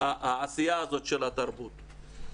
העשייה הזאת של התרבות.